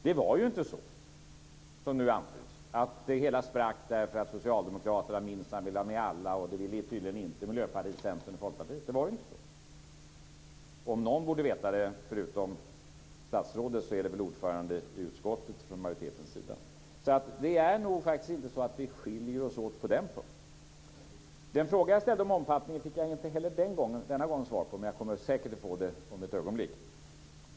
Det var inte så, som nu antyds, att det hela sprack därför att Socialdemokraterna minsann ville ha med alla och det ville tydligen inte Miljöpartiet, Centern och Folkpartiet. Det var ju inte så. Om någon borde veta det förutom statsrådet är det väl ordföranden i utskottet från majoritetens sida. Det är nog faktiskt inte så att vi skiljer oss åt på den punkten. Den fråga jag ställde om omfattningen fick jag inte heller denna gång svar på, men jag kommer säkert att få det om ett ögonblick.